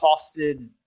costed